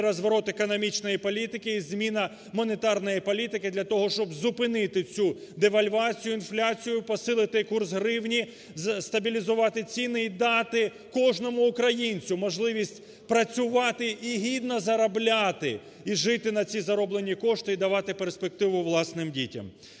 розворот економічної політики і зміна монетарної політики для того, щоб зупинити цю девальвацію, інфляцію, посилити курс гривні, стабілізувати ціни і дати кожному українцю можливість працювати і гідно заробляти, і жити на ці зароблені кошти, і давати перспективу власним дітям.